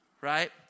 Right